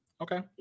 Okay